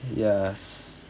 yes